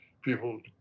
people